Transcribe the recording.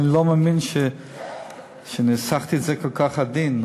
אני לא מאמין שניסחתי את זה כל כך עדין,